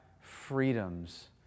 freedoms